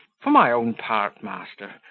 for my own part, master,